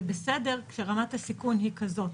זה בסדר כשרמת הסיכון היא כזאת,